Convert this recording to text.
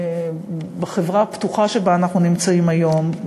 בחברה הפתוחה שבה אנחנו נמצאים היום,